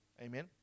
Amen